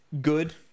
good